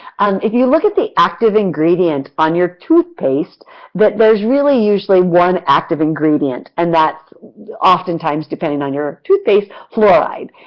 if you look at the active ingredient on your toothpaste that there's really usually one active ingredient and that often times, depending on your toothpaste, is fluoride